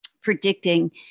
predicting